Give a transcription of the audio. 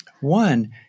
One